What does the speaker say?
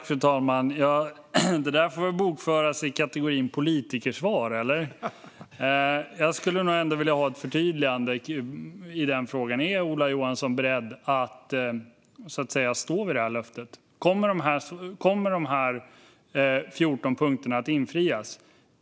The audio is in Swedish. Fru talman! Det där får väl bokföras i kategorin politikersvar. Jag skulle nog ändå vilja ha ett förtydligande i frågan. Är Ola Johansson beredd att stå vid löftet? Kommer de här 14 punkterna att infrias?